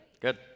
Good